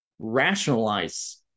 Rationalize